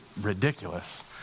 ridiculous